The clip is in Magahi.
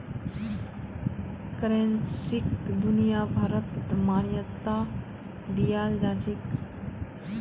करेंसीक दुनियाभरत मान्यता दियाल जाछेक